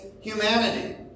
humanity